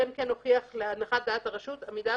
אלא אם כן הוכיח להנחת דעת הרשות עמידה